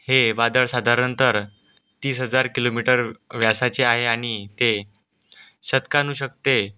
हे वादळ साधारणतः तीस हजार किलोमीटर व्यासाचे आहे आणि ते शतकानुशतके